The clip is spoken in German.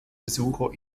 besucher